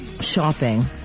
shopping